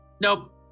Nope